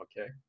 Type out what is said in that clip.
okay